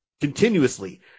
continuously